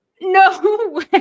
No